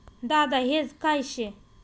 दादा हेज काय शे?